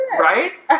right